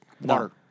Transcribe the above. water